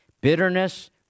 Bitterness